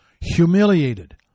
Humiliated